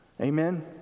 Amen